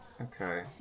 Okay